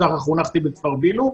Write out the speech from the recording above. ככה חונכתי בכפר ביל"ו,